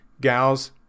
gals